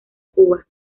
cuba